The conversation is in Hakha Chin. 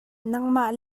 nangmah